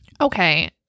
okay